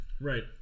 Right